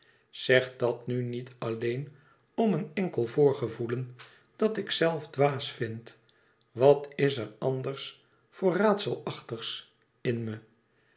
zeg dat nu niet alleen om een enkel voorgevoelen dat ik zelf dwaas vind wat is er anders voor raadselachtigs in me